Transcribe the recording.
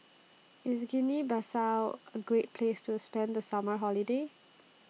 IS Guinea Bissau A Great Place to spend The Summer Holiday